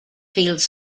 feels